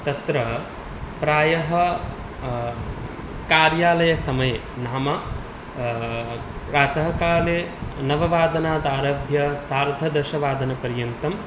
तत्र प्रायः कार्यालयसमये नाम प्रातःकाले नववादनादारभ्य सार्धदशवादनपर्यन्तम्